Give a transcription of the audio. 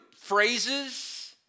phrases